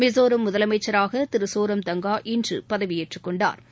மிசோரம் முதலமைச்சராக திரு சோரம் தங்கா இன்று பதவியேற்றுக் கொண்டாா்